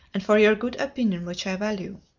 and for your good opinion, which i value.